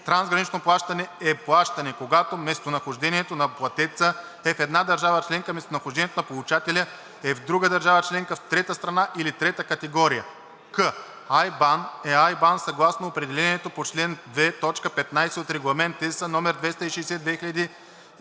„трансгранично плащане“ е плащане, когато местонахождението на платеца e в една държава членка, а местонахождението на получателя е в друга държава членка, в трета страна или на трета територия; к) „IBAN“ е IBAN съгласно определението по чл. 2, т. 15 от Регламент (ЕС) № 260/2012